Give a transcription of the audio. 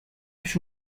پیش